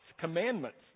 commandments